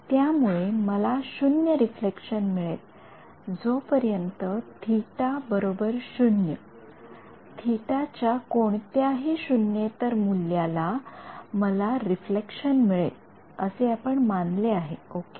यामुळे मला शून्य रिफ्लेक्शन मिळेल जो पर्यंत Ө 0 Ө च्या कोणत्याही शून्येतर मूल्याला मला रिफ्लेक्शन मिळेल असे आपण मानले आहे ओके